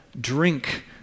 drink